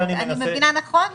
אני מבינה נכון?